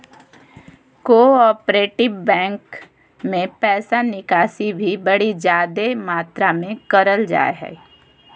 cooperative bank मे पैसा निकासी भी बड़ी जादे मात्रा मे करल जा हय